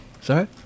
Sorry